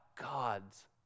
God's